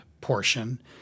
portion